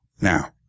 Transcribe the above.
Now